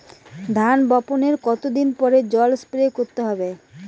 ধান বপনের কতদিন পরে জল স্প্রে করতে হবে?